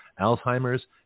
Alzheimer's